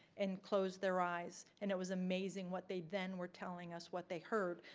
and closed their eyes. and it was amazing what they then were telling us what they heard.